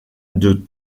des